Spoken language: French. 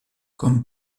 comme